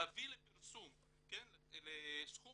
להביא לסכום